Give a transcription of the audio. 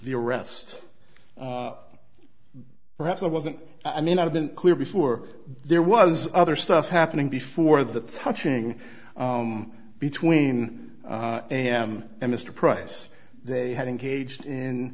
the arrest perhaps i wasn't i mean i've been clear before there was other stuff happening before the touching between am and mr price they had engaged